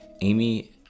Amy